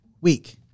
week